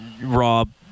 Rob